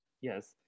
yes